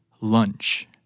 Lunch